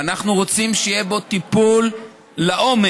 ואנחנו רוצים שיהיה בו טיפול לעומק,